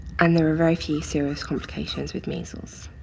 and there are very few serious complications with measles.